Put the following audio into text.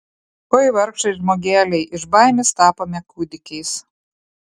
oi vargšai žmogeliai iš baimės tapome kūdikiais